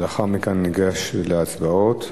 ולאחר מכן ניגש להצבעות.